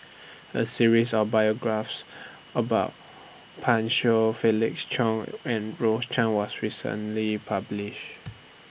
A series of biographies about Pan Shou Felix Cheong and Rose Chan was recently published